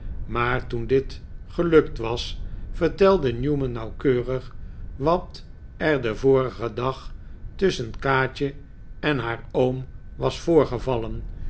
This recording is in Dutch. maar toen dit gelukt was vertelde newman nauwkeurig wat er den vorigen dag tusschen kaatje en haar oom was voorgevallen